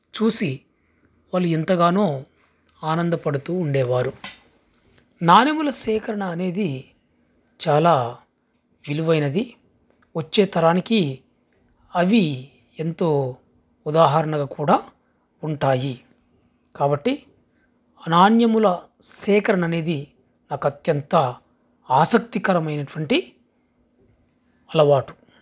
చూసి వాళ్ళు ఎంతగానో ఆనందపడుతూ ఉండేవారు నాణెముల సేకరణ అనేది చాలా విలువైనది వచ్చే తరానికి అవి ఎంతో ఉదాహరణగా కూడా ఉంటాయి కాబట్టి నాణెముల సేకరణ అనేది నాకు అత్యంత ఆసక్తికరమైనటువంటి అలవాటు